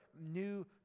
new